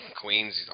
queens